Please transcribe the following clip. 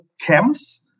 camps